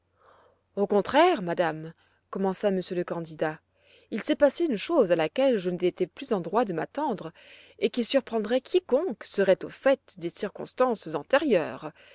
au contraire madame commença monsieur le candidat il s'est passé une chose à laquelle je n'étais plus en droit de m'attendre et qui surprendrait quiconque serait au fait des circonstances antérieures